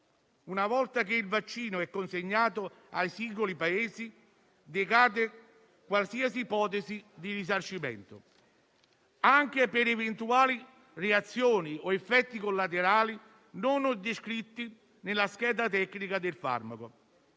Una volta che il vaccino è consegnato ai singoli Paesi, decade qualsiasi ipotesi di risarcimento, anche per eventuali reazioni o effetti collaterali non descritti nella scheda tecnica del farmaco.